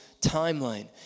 timeline